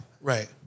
Right